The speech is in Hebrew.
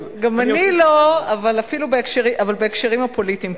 אז, גם אני לא, אבל בהקשרים הפוליטיים כן.